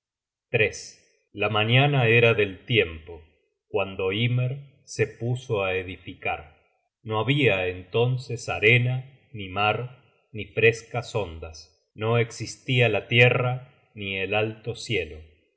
primera la mañana era del tiempo cuando ymer se puso á edificar no habia entonces arena ni mar ni frescas ondas no existia la tierra ni el alto cielo